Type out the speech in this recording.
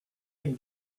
him